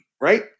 Right